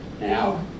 now